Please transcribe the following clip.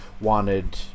wanted